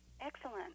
Excellent